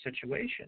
situation